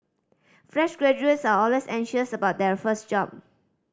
fresh graduates are always anxious about their first job